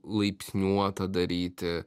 laipsniuotą daryti